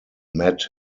met